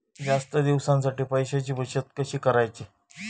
जास्त दिवसांसाठी पैशांची बचत कशी करायची?